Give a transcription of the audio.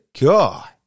God